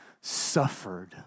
suffered